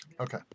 Okay